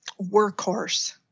workhorse